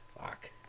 Fuck